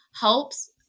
helps